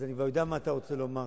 אז אני כבר יודע מה אתה רוצה לומר.